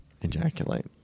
ejaculate